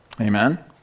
Amen